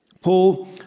Paul